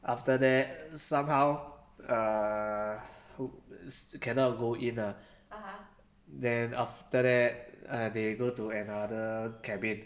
after that somehow err wh~ st~ cannot go in ah then after that they go to another cabin